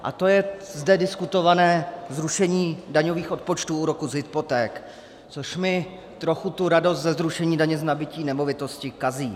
A to je zde diskutované zrušení daňových odpočtů úroků z hypoték, což mi trochu tu radost ze zrušení daně z nabytí nemovitosti kazí.